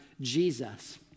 Jesus